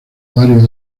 varios